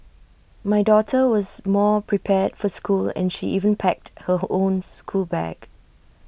my daughter was more prepared for school and she even packed her own schoolbag